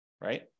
right